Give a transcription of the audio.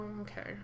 Okay